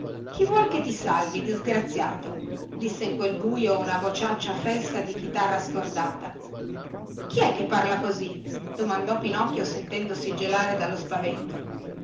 chi vuoi che ti salvi disgraziato disse in quel buio una vociaccia fessa di chitarra scordata chi è che parla così domandò pinocchio sentendosi gelare dallo spavento